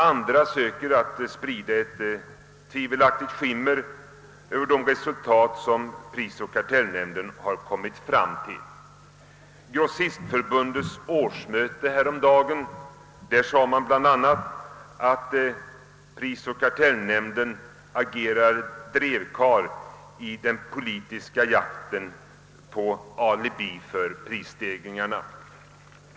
Andra söker sprida ett skimmer av tvivelaktighet över de utredningar som nämnden lagt fram. På grossistförbundets årsmöte häromdagen sades bl.a. att prisoch kartellnämnden agerar drevkarl i den politiska jakten på alibi för prisstegringarna.